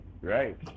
right